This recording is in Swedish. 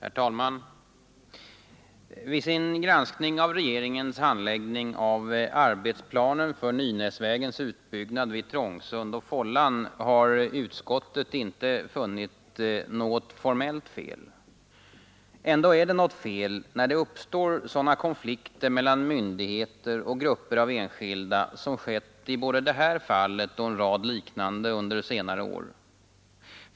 Herr talman! Vid sin granskning av regeringens handläggning av arbetsplanen för Nynäsvägens utbyggnad vid Trångsund och Fållan har utskottet inte funnit något formellt fel. Ändå är det något fel när det uppstår sådana konflikter mellan myndigheter och grupper av enskilda som skett i både det här fallet och en rad liknande under senare år.